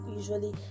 usually